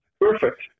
Perfect